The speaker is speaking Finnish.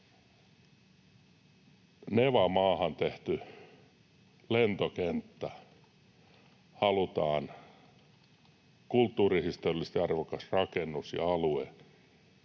nevamaahan tehty lentokenttä, kulttuurihistoriallisesti arvokas rakennus ja alue,